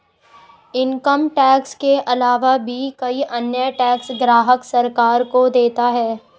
income tax के आलावा भी कई अन्य टैक्स ग्राहक सरकार को देता है